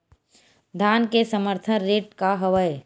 धान के समर्थन रेट का हवाय?